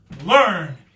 Learn